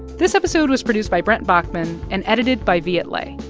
this episode was produced by brett baughman and edited by viet le.